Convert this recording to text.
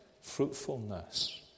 fruitfulness